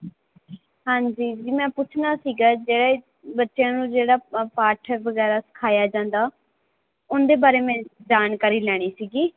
ਹਾਂਜੀ ਜੀ ਮੈਂ ਪੁੱਛਣਾ ਸੀਗਾ ਜਿਹੜੇ ਬੱਚਿਆਂ ਨੂੰ ਜਿਹੜਾ ਪਾਠ ਵਗੈਰਾ ਸਿਖਾਇਆ ਜਾਂਦਾ ਉਹਦੇ ਬਾਰੇ ਮੈਂ ਜਾਣਕਾਰੀ ਲੈਣੀ ਸੀਗੀ